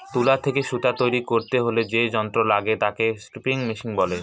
তুলা থেকে সুতা তৈরী করতে হলে যে যন্ত্র লাগে তাকে স্পিনিং মেশিন বলে